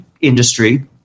industry